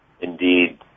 indeed